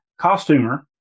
costumer